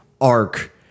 arc